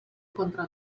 contra